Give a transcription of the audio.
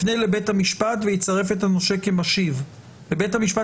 יפנה לבית המשפט ויצרף את הנושה כמשיב ובית המשפט